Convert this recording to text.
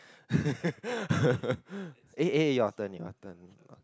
eh eh your turn your turn